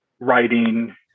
writing